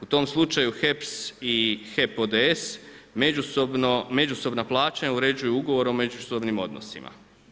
U tom slučaju HEP i HEP ODS međusobna plaćanja uređuju ugovorom o međusobnim odnosima.